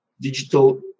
digital